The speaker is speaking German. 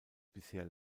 bisher